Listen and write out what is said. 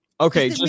Okay